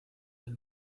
del